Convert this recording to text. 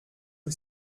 que